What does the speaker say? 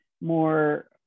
more